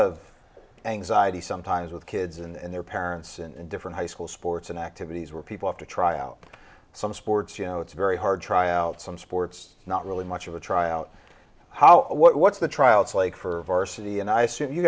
of anxiety sometimes with kids and their parents and different high school sports and activities where people have to try out some sports you know it's very hard to try out some sports not really much of a try out how what's the trial it's like for varsity and i see you